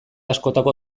askotako